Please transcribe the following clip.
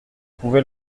pouvez